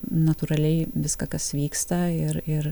natūraliai viską kas vyksta ir ir